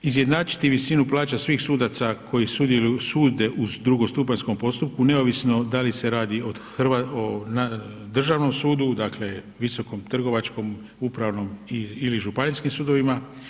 Izjednačiti visinu plaća svih sudaca koji sudjeluju sude u drugostupanjskom postupku neovisno da li se radi o državnom sudu, dakle visokom trgovačkom, upravnom ili županijskim sudovima.